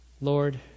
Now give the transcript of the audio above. Lord